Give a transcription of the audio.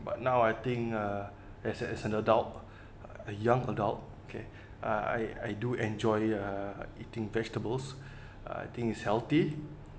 but now I think uh as a as an adult a young adult okay I I do enjoy uh eating vegetables I think it's healthy